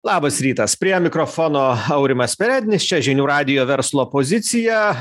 labas rytas prie mikrofono aurimas perednis čia žinių radijo verslo pozicija